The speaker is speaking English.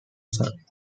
son